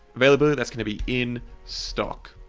availability, that's going to be in stock,